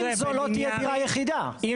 אם זו לא תהיה דירה יחידה, הוא לא ישלם מס על זה.